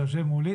אתה יושב מולי,